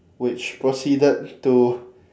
which proceeded to